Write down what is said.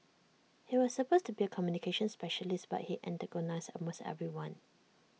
he was supposed to be A communications specialist but he antagonised almost everyone